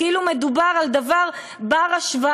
כאילו מדובר על דבר בר-השוואה.